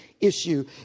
issue